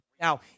Now